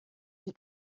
die